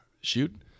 shoot